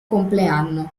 compleanno